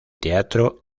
teatro